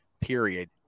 Period